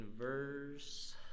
verse